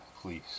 please